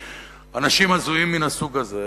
אנשים הזויים מן הסוג הזה,